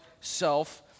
self